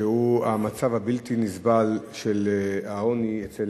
שהוא המצב הבלתי-נסבל של העוני אצל